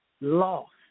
lost